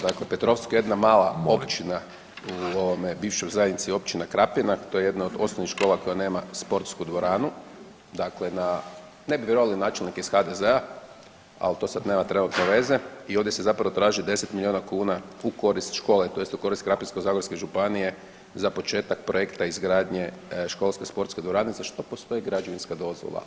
Dakle, Petrovsko je jedna mala općina u bivšoj zajednici općina Krapina to je jedna od osnovnih škola koja nema sportsku dvoranu, dakle ne bi vjerovali načelnik je iz HDZ-a, ali to sada trenutno nema veze i ovdje se zapravo traži 10 milijuna kuna u korist škole tj. u korist Krapinsko-zagorske županije za početak projekta izgradnje školske sportske dvorane za što postoji građevinska dozvola.